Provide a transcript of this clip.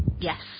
Yes